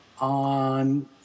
on